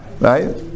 right